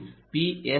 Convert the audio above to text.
ஓவின் பி